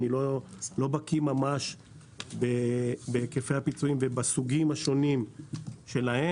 אני לא בקי ממש בהיקפי הפיצויים ובסוגים השונים שלהם.